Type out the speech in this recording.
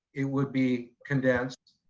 it would be condensed.